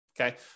Okay